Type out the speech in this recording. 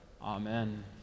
Amen